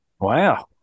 Wow